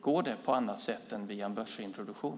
Går det på annat sätt än via en börsintroduktion?